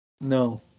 No